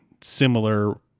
similar